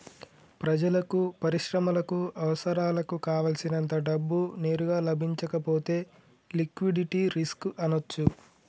ప్రజలకు, పరిశ్రమలకు అవసరాలకు కావల్సినంత డబ్బు నేరుగా లభించకపోతే లిక్విడిటీ రిస్క్ అనొచ్చు